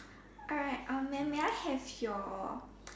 alright um mam may I have your